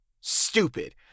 Stupid